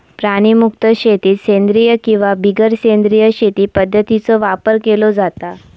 प्राणीमुक्त शेतीत सेंद्रिय किंवा बिगर सेंद्रिय शेती पध्दतींचो वापर केलो जाता